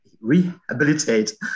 rehabilitate